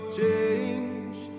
change